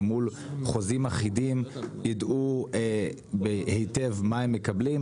מול חוזים אחידים ידעו היטב מה הם מקבלים,